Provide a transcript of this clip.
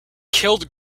killed